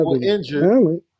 injured